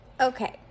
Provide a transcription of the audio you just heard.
Okay